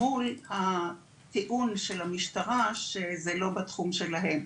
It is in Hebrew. מול הטיעון של המשטרה שזה לא בתחום שלהם.